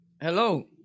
Hello